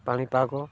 ପାଣିପାଗ